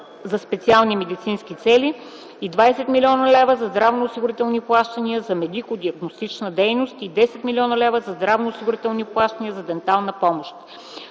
за специални медицински цели; 20 млн. лв. за здравноосигурителни плащания за медико-диагностична дейност и 10 млн. лв. за здравноосигурителни плащания за дентална помощ.